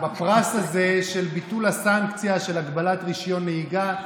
בפרס הזה של ביטול הסנקציה של הגבלת רישיון נהיגה,